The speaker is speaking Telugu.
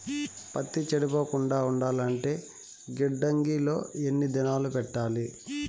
పత్తి చెడిపోకుండా ఉండాలంటే గిడ్డంగి లో ఎన్ని దినాలు పెట్టాలి?